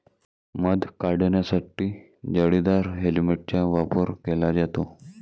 मध काढण्यासाठी जाळीदार हेल्मेटचा वापर केला जातो